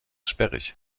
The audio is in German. sperrig